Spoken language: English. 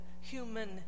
human